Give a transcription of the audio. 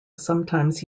sometimes